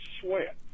sweat